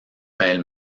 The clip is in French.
pêle